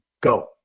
go